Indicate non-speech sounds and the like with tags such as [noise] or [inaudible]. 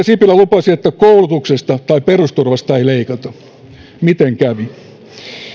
[unintelligible] sipilä lupasi että koulutuksesta tai perusturvasta ei leikata miten kävi